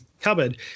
cupboard